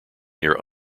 near